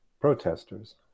protesters